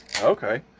Okay